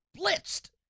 blitzed